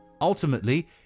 Ultimately